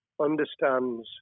understands